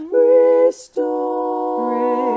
restore